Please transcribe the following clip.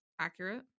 accurate